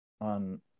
on